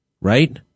right